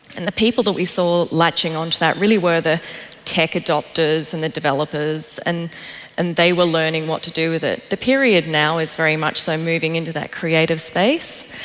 and the people that we saw latching onto that really were the tech adopters and the developers, and and they were learning what to do with it. the period now is very much so moving into that creative space.